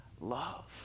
love